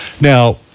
Now